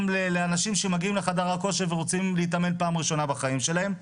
לאנשים שמגיעים לחדר הכושר ורוצים להתאמן פעם ראשונה בחיים שלהם.